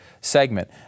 segment